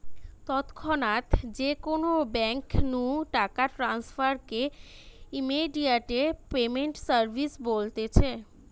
তৎক্ষণাৎ যে কোনো বেঙ্ক নু টাকা ট্রান্সফার কে ইমেডিয়াতে পেমেন্ট সার্ভিস বলতিছে